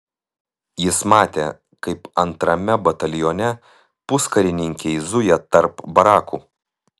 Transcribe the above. jis matė kaip antrame batalione puskarininkiai zuja tarp barakų